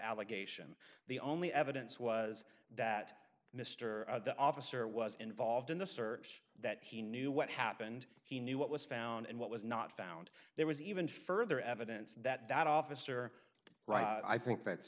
allegation the only evidence was that mr the officer was involved in the search that he knew what happened he knew what was found and what was not found there was even further evidence that that officer i think that's